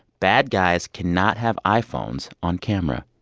bad guys cannot have iphones on camera.